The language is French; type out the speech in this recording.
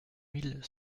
mille